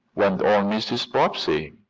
went on mrs. bobbsey.